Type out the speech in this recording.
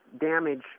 damage